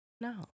No